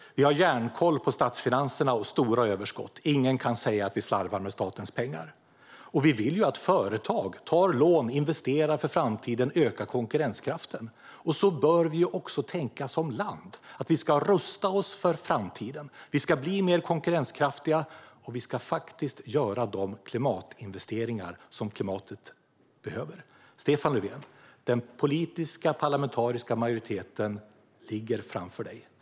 Vi har järnkoll på statsfinanserna och stora överskott. Ingen kan säga att vi slarvar med statens pengar. Vi vill att företag tar lån, investerar för framtiden och ökar konkurrenskraften. Så bör vi också tänka som land. Vi ska rusta oss för framtiden. Vi ska bli mer konkurrenskraftiga, och vi ska göra de klimatinvesteringar som klimatet behöver. Stefan Löfven: Den politiska parlamentariska majoriteten ligger framför dig.